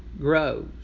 grows